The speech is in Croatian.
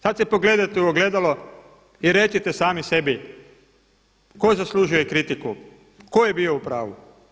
Sada se pogledajte u ogledalo i recite sami sebi tko zaslužuje kritiku, tko je bio u pravu?